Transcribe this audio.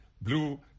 blue